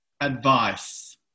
advice